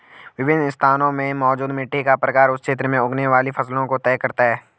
विभिन्न स्थानों में मौजूद मिट्टी का प्रकार उस क्षेत्र में उगने वाली फसलों को तय करता है